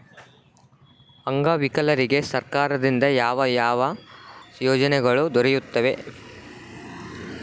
ಅಂಗವಿಕಲರಿಗೆ ಸರ್ಕಾರದಿಂದ ಯಾವ ಯಾವ ಯೋಜನೆಗಳು ದೊರೆಯುತ್ತವೆ?